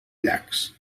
llacs